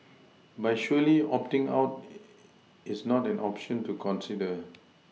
but surely opting out is not an option to consider